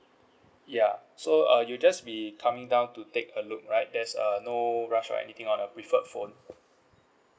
ya so uh you just be coming down to take a look right there's uh no rush or anything on a preferred phone